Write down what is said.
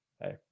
Hey